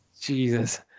jesus